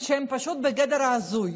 שהם פשוט בגדר ההזוי,